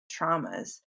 traumas